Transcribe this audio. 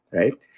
right